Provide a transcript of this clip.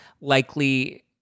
likely